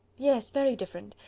yes, very different.